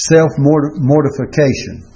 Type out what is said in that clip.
Self-mortification